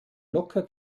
locker